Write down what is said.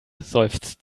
seufzt